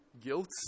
guilt